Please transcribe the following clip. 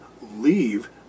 leave